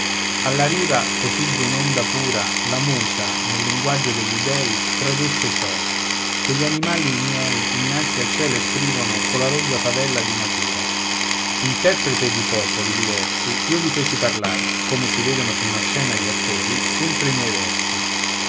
alla riva così d'un'onda pura la musa nel linguaggio degli dèi tradusse ciò che gli animali miei innanzi al cielo esprimono colla rozza favella di natura interprete di popoli diversi io li feci parlar come si vedono sulla scena gli attori entro i miei versi